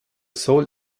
soul